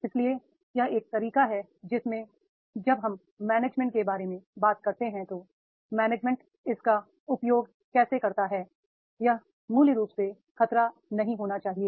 इसलिए यह एक तरीका है जिसमें जब हम मैनेजमेंट के बारे में बात करते हैं तो मैनेजमेंट इसका उपयोग कैसे करता है यह मूल रूप से खतरा नहीं होना चाहिए